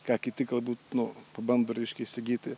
ką kiti galbūt nu pabando reiškia įsigyti